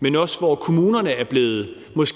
men også hvor kommunerne måske er